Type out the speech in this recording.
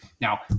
now